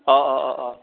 অ অ অ অ